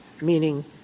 Meaning